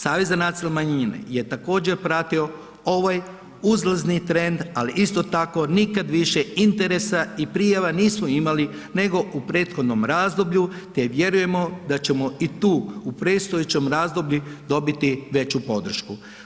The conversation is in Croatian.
Savez za nacionalne manjine je također pratio ovaj uzlazni trend ali isto tako nikad više interesa i prijava nismo imali nego u prethodnom razdoblju te vjerujemo da ćemo i tu u predstojećem razdoblju dobiti veću podršku.